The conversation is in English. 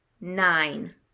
nine